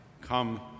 come